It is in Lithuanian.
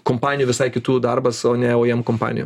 kompanijų visai kitų darbas o ne oijem kompanijų